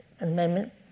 Amendment